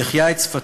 שהחיה את שפתו,